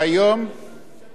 כי אתה לא מסכים לנאום שלך.